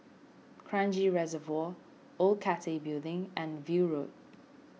Kranji Reservoir Old Cathay Building and View Road